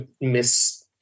miss